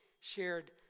shared